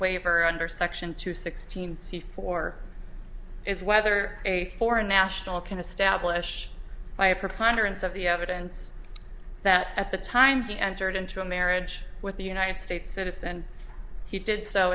waiver under section two sixteen c four is whether a foreign national can establish by a preponderance of the evidence that at the time he entered into a marriage with the united states citizen and he did so